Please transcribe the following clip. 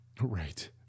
right